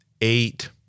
eight